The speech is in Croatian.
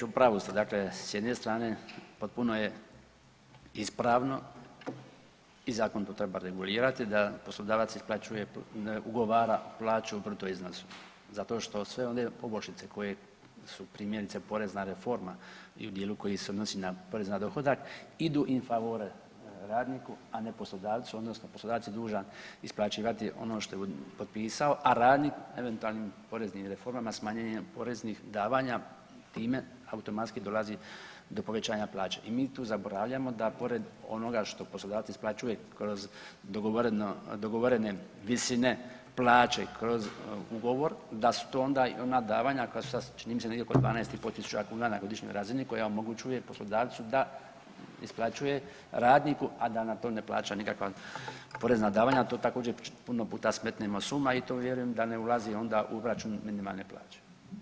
U pravu ste, dakle s jedne strane potpuno je ispravno i zakon to treba regulirati da poslodavac isplaćuje, ugovara plaću u bruto iznosu, zato što sve one poboljšice koje su primjerice porezna reforma i u djelu koji se odnosi na porez na dohodak, idu in favorem radniku a ne poslodavcu, odnosno poslodavac je dužan isplaćivati ono što je potpisao a radnik eventualnim poreznim reformama, smanjenjem poreznih davanja time automatski dolazi do povećanja plaće i mi tu zaboravljamo da pored ono što poslodavac isplaćuje kroz dogovorene visine plaće, kroz ugovor, da su to onda i ona davanja koja su sad čini mi se negdje oko 12500 kuna na godišnjoj razini, koja omogućuje poslodavcu da isplaćuje radniku a da na to ne plaća nikakva porezna davanja a to također puno puta smetnemo s uma i to vjerujem da ne ulazi onda u obračun minimalne plaće.